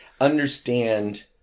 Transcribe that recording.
understand